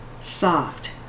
soft